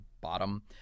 bottom